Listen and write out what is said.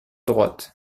droite